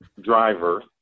driver